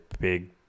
big